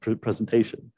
presentation